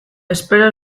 espero